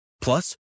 Plus